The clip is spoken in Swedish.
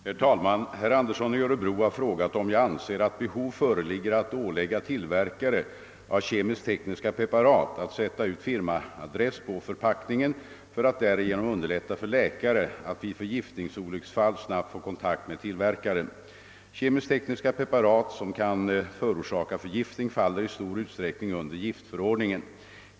Herr talman! Herr Andersson i Örebro har frågat om jag anser att behov föreligger att ålägga tillverkare av kemiskt-tekniska preparat att sätta ut firmaadress på förpackningen för att därigenom underlätta för läkare att vid förgiftningsolycksfall snabbt få kontakt med tillverkaren. Kemiskt-tekniska preparat som kan förorsaka förgiftning faller i stor utsträckning under giftförordningen.